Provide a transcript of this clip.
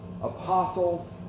apostles